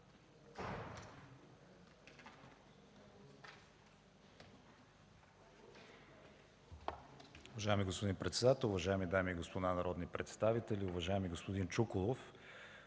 Уважаема госпожо председател, уважаеми дами и господа народни представители! Уважаеми господин Монев,